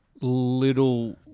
Little